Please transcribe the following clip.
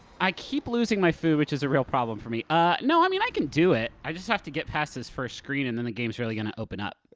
i keep losing my food, which is a real problem for me. ah, no, i mean, i can do it. i just have to get past this first screen and then this game's really gonna open up.